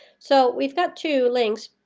so we've got two links,